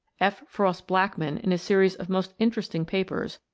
f. frost blackman, in a series of most interesting papers,